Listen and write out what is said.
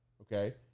okay